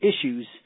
issues